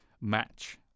match